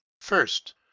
first